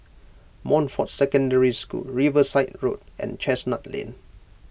Montfort Secondary School Riverside Road and Chestnut Lane